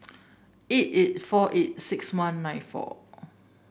eight eight four eight six one nine four